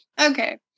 Okay